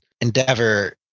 Endeavor